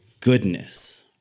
goodness